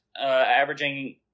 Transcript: averaging